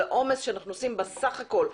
על העומס שאנחנו מעמיסים בסך הכול.